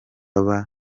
abandi